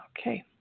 Okay